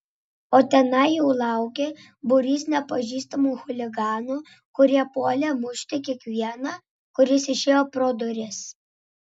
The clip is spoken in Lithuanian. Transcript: o tenai jau laukė būrys nepažįstamų chuliganų kurie puolė mušti kiekvieną kuris išėjo pro duris